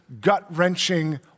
gut-wrenching